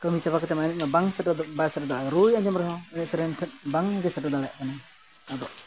ᱠᱟᱹᱢᱤ ᱪᱟᱵᱟ ᱠᱟᱛᱮᱫ ᱮᱱᱮᱡᱢᱟ ᱵᱟᱝ ᱥᱮᱴᱮᱨ ᱵᱟᱭ ᱥᱮᱴᱮᱨ ᱫᱟᱲᱮᱭᱟᱜᱼᱟ ᱨᱩᱭ ᱟᱸᱡᱚᱢ ᱨᱮᱦᱚᱸ ᱮᱱᱮᱡ ᱥᱮᱨᱮᱧ ᱴᱷᱮᱡ ᱵᱟᱝᱜᱮ ᱥᱮᱴᱮᱨ ᱫᱟᱲᱮᱭᱟᱜ ᱠᱟᱱᱟᱭ ᱟᱫᱚ